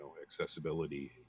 accessibility